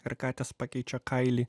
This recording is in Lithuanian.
ir katės pakeičia kailį